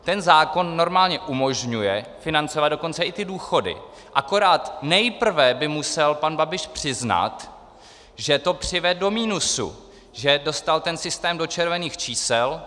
Ten zákon normálně umožňuje financovat dokonce i ty důchody, akorát nejprve by musel pan Babiš přiznat, že to přivedl do minusu, že dostal ten systém do červených čísel.